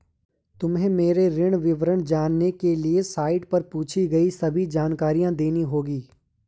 तुम्हें मेरे ऋण विवरण जानने के लिए साइट पर पूछी गई सभी जानकारी देनी होगी